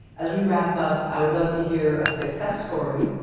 as we wrap up i would love to hear a success story